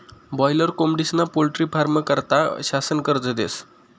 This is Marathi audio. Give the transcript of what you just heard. बाॅयलर कोंबडीस्ना पोल्ट्री फारमं करता शासन कर्ज देस